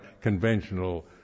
conventional